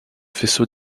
faisceau